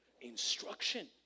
instruction